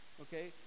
Okay